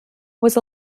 was